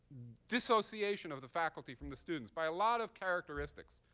dissociation of the faculty from the students, by a lot of characteristics.